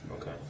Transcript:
Okay